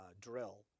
drill